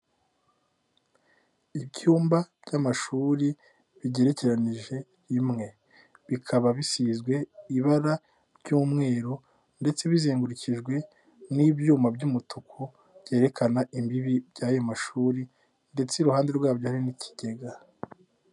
Ibyumba by'amashuri bigerekeranije rimwe. Bikaba bisizwe ibara ry'umweru ndetse bizengurukijwe n'ibyuma by'umutuku, byerekana imbibi by'ayo mashuri ndetse iruhande rwabyo hari n'ikigega.